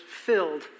filled